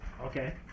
Okay